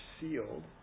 sealed